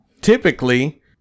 typically